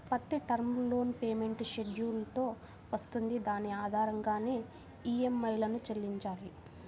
ప్రతి term loan repayment schedule తో వస్తుంది దాని ఆధారంగానే ఈఎంఐలను చెల్లించాలి